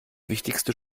wichtigste